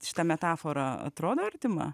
šita metafora atrodo artima